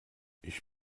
ich